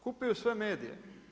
Kupuju sve medije.